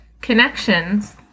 connections